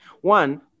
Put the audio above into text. One